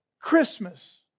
Christmas